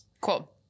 cool